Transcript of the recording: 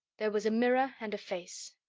there was a mirror and a face.